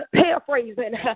paraphrasing